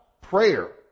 prayer